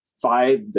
five